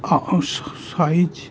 size